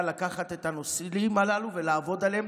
לקחת את הנושאים הללו ולעבוד עליהם.